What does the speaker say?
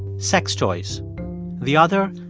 sex toys the other,